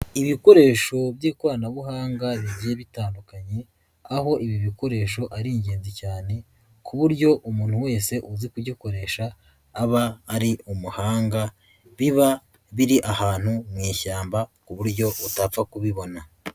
Ibikoresho by'ikoranabuhanga bigiye bitandukanye aho ibi bikoresho ari ingenzi cyane ku buryo umuntu wese uzi kugikoresha aba ari umuhanga, biba biri ahantu mu ishyamba ku buryo utapfa kubibona.